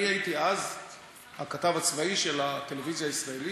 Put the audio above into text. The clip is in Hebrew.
הייתי אז הכתב הצבאי של הטלוויזיה הישראלית.